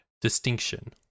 distinction